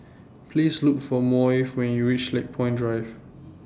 Please Look For Maeve when YOU REACH Lakepoint Drive